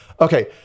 Okay